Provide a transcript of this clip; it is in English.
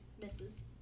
misses